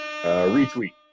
Retweet